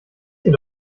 hier